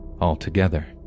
altogether